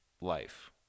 life